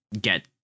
get